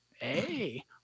Hey